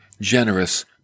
generous